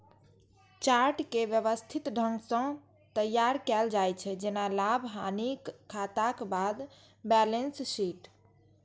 chart कें व्यवस्थित ढंग सं तैयार कैल जाइ छै, जेना लाभ, हानिक खाताक बाद बैलेंस शीट